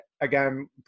again